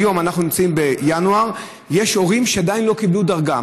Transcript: היום אנחנו נמצאים בינואר ויש הורים שעדיין לא קיבלו דרגה.